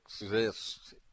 exists